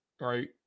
right